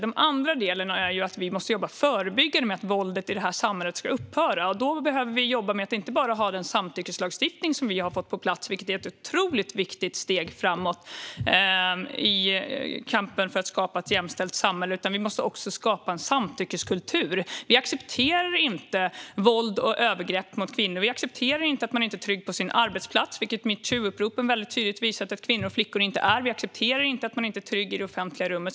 Den andra delen är att vi måste jobba förebyggande med att våldet i samhället ska upphöra. Då behövs inte bara den samtyckeslagstiftning som har kommit på plats, vilket är ett otroligt viktigt steg framåt i kampen för att skapa ett jämställt samhälle. Vi måste också skapa en samtyckeskultur. Vi accepterar inte våld och övergrepp mot kvinnor. Vi accepterar inte att man inte är trygg på sin arbetsplats, vilket metoo-uppropen tydligt har visat att kvinnor och flickor inte är. Vi accepterar inte att man inte är trygg i det offentliga rummet.